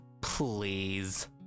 Please